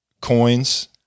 coins